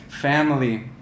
family